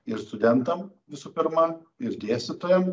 ir studentam visų pirma ir dėstytojam